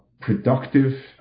productive